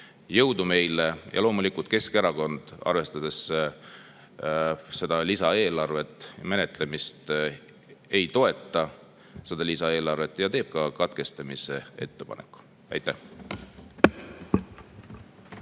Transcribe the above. Jõudu meile! Ja loomulikult Keskerakond, arvestades lisaeelarve menetlemist, ei toeta seda lisaeelarvet ja teeb ka katkestamise ettepaneku. Aitäh!